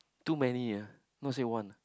too many ah not say one